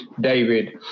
David